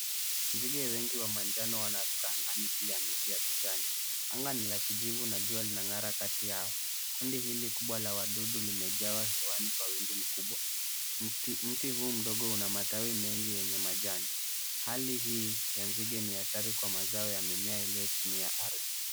Nzige wengi wa manjano wanaruka ndani juu ya miti ya kijani, anga ni la kijivu na jua linang'aa kati yao, kundi hili kubwa la wadudu limejawa hewani kwa wingi mkubwa, mti huu mdogo unamatawi wengi yenye majani. Hali hii ya nzige ni hatari kwa mazao ya mimea iliyo chini ya ardhi.